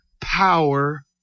power